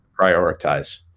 Prioritize